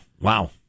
wow